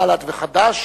בל"ד וחד"ש.